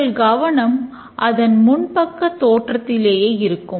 உங்கள் கவனம் அதன் முன்பக்க தோற்றத்திலேயே இருக்கும்